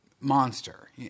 monster